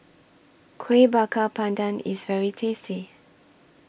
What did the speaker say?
Kueh Bakar Pandan IS very tasty